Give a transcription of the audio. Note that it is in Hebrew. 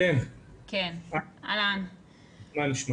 אם יש לך